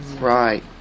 Right